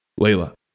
Layla